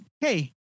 hey